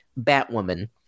Batwoman